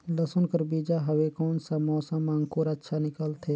लसुन कर बीजा हवे कोन सा मौसम मां अंकुर अच्छा निकलथे?